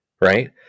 right